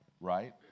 Right